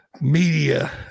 media